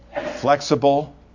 flexible